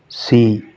C